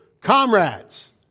Comrades